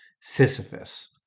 Sisyphus